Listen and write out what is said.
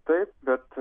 taip bet